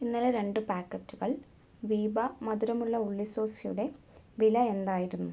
ഇന്നലെ രണ്ടുപാക്കറ്റുകൾ വീബ മധുരമുള്ള ഉള്ളിസോസ് യുടെ വില എന്തായിരുന്നു